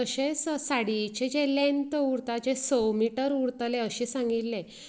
तशेंच साडयेचें जें लेंत उरता जें स मिटर उरतालें अशें सांगिल्लें